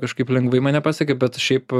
kažkaip lengvai mane pasiekia bet šiaip